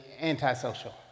antisocial